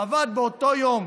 באותו יום,